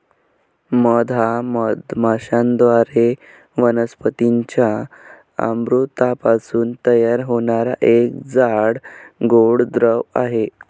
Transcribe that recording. मध हा मधमाश्यांद्वारे वनस्पतीं च्या अमृतापासून तयार होणारा एक जाड, गोड द्रव आहे